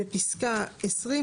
בפסקה (20),